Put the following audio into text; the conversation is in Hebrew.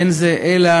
אין זה אלא